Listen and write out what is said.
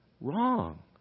Wrong